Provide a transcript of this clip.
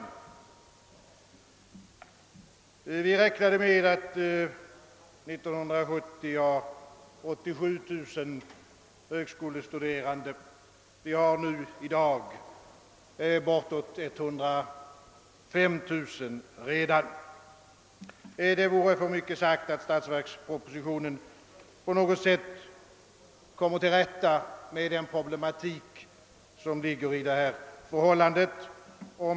Vi räknade med att år 1970 ha 87 000 högskolestuderande; vi har i dag redan bortåt 105 000. Det vore för mycket sagt, att statsverkspropositionen lyckats komma till rätta med den problematik som ligger i detta förhållande.